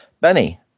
Benny